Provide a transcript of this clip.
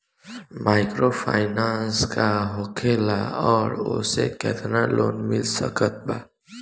Microfinance का होखेला और ओसे केतना लोन मिल सकत बा?